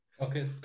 Okay